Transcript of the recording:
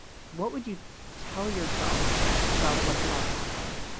what would you tell yourself about what's about to happen?